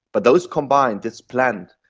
but those combined, this blend,